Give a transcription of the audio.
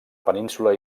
península